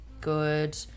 good